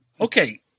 Okay